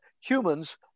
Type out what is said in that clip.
humans